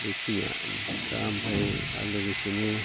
बेखिनिया दा ओमफ्राय आरो लोगोसेनो